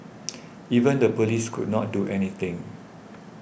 even the police could not do anything